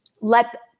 let